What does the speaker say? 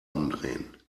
umdrehen